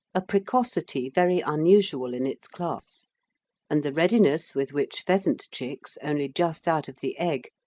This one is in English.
a precocity very unusual in its class and the readiness with which pheasant chicks, only just out of the egg,